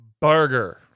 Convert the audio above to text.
burger